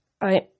I-